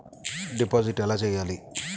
Deposit ఎలా చెయ్యాలి?